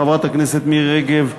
חברת הכנסת מירי רגב,